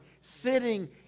sitting